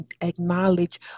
acknowledge